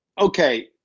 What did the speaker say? okay